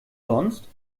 sonst